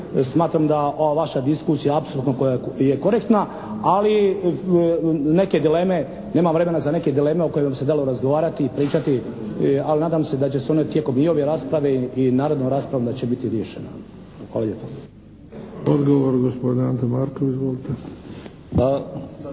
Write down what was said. smatram da ova vaša diskusija apsolutno je korektna ali neke dileme, nema vremena za neke dileme o kojima bi se dalo razgovarati i pričati ali nadam se da će se one tijekom i ove rasprave i narednom raspravom da će biti riješena. Hvala lijepo. **Bebić, Luka (HDZ)** Odgovor gospodin Ante Markov. Izvolite!